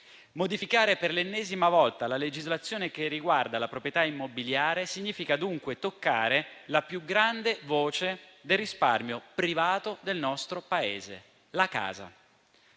Modificare per l'ennesima volta la legislazione che riguarda la proprietà immobiliare significa dunque toccare la più grande voce del risparmio privato del nostro Paese: la casa.